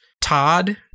Todd